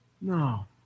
No